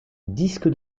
disque